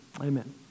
Amen